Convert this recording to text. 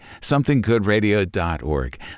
somethinggoodradio.org